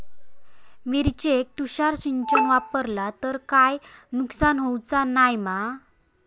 मिरचेक तुषार सिंचन वापरला तर काय नुकसान होऊचा नाय मा?